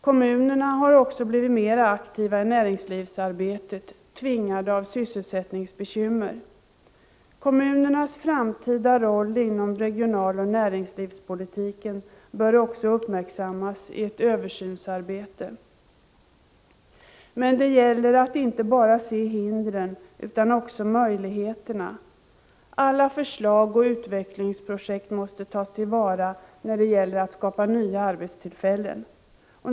Kommunerna har också blivit mera aktiva i näringslivsarbeter, tvingade därtill på grund av sysselsättningsbekymmer. Kommunernas framtida roll inom regionaloch näringslivspolitiken bör också uppmärksammas i ett översynsarbete. Men det gäller att inte bara se hindren, utan också möjligheterna. Alla förslag och utvecklingsprojekt måste tas till vara när det gäller att skapa nya arbetstillfällen.